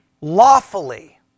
lawfully